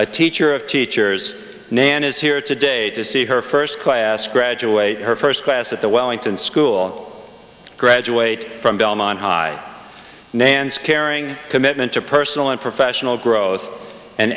a teacher of teachers nan is here today to see her first class graduate her first class at the wellington school graduate from belmont high nance caring commitment to personal and professional growth and